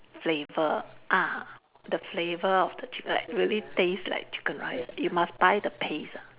flavour ah the flavour of the chicken like really taste like chicken rice you must buy the paste ah